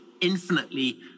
infinitely